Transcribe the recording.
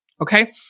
Okay